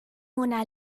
mona